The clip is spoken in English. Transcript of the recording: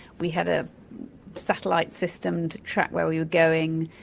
we had a satellite system to track where we were going.